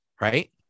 right